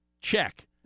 Check